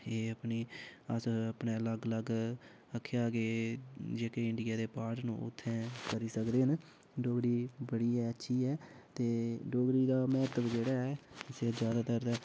एह् अपनी अस अपने अलग अलग आक्खेआ कि जेह्की इंडियां दे पाॅट ने करी उत्थें करी सकदे न डोगरी बड़ी ऐ अच्छी ऐ ते डोगरी दा महत्व जेह्ड़ा ऐ इस ज्यादातर दा ऐ